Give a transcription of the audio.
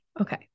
Okay